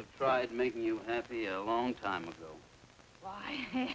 have tried making you that be a long time ago why